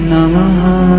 Namaha